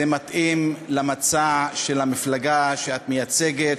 זה מתאים למצע של המפלגה שאת מייצגת.